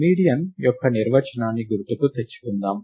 median యొక్క నిర్వచనాన్ని గుర్తుకు తెచ్చుకుందాం